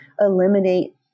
eliminate